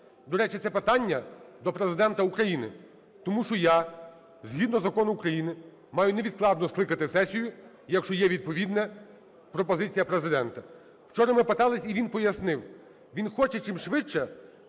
До речі, це питання до Президента України, тому що я згідно закону України маю невідкладно скликати сесію, якщо є відповідна пропозиція Президента. Вчора ми питали і він пояснив, він хоче чимшвидше,